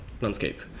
landscape